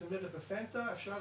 זאת אומרת, הפנטה אפשר